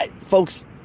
Folks